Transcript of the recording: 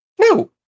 No